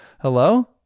Hello